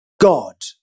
god